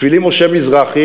בשבילי משה מזרחי,